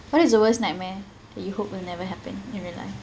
what is the worst nightmare that you hope will never happen in real life